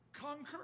Conquer